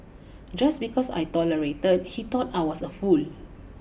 just because I tolerated he thought I was a fool